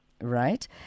right